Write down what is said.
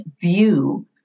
view